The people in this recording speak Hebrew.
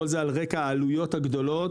כל זה על רקע העלויות הגדולות,